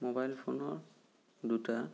mobile ফোনৰ দুটা